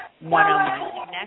one-on-one